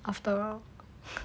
after all